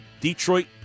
Detroit